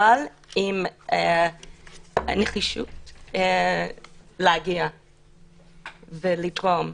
אבל עם נחישות להגיע ולתרום.